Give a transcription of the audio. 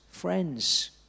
Friends